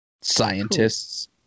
Scientists